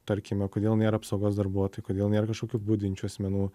tarkime kodėl nėra apsaugos darbuotojų kodėl nėra kažkokių budinčių asmenų